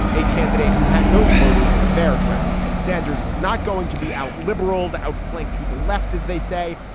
a candidate who had those voters in a bear trap. sanders was not going to be out. liberals outflanked to the left, as they say.